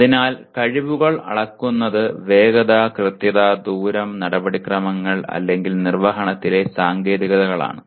അതിനാൽ കഴിവുകൾ അളക്കുന്നത് വേഗത കൃത്യത ദൂരം നടപടിക്രമങ്ങൾ അല്ലെങ്കിൽ നിർവ്വഹണത്തിലെ സാങ്കേതികതകളാണ്